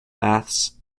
baths